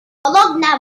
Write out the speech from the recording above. bologna